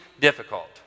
difficult